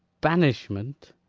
banishment?